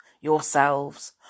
yourselves